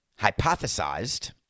hypothesized